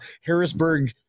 Harrisburg